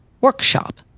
workshop